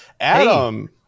adam